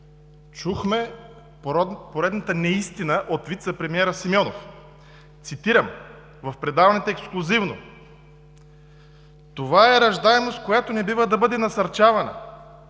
Чухме поредната неистина от вицепремиера Симеонов. Цитирам предаването „Ексклузивно“: „Това е раждаемост, която не бива да бъде насърчавана.